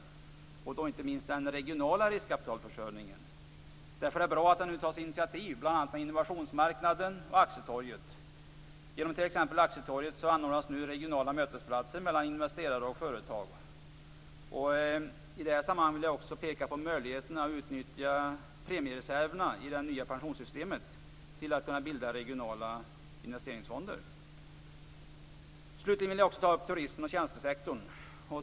Det gäller inte minst den regionala riskkapitalförsörjningen. Därför är det bra att det nu tas initiativ bl.a. med Innovationsmarknaden och Aktietorget. Genom Aktietorget anordnas nu regionala mötesplatser för investerare och företag. I det här sammanhanget vill jag också peka på möjligheterna att utnyttja premiereserverna i det nya pensionssystemet för att bilda regionala investeringsfonder. Slutligen vill jag också ta upp turismen och tjänstesektorn.